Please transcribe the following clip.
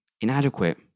Inadequate